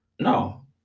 no